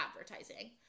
advertising